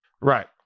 Right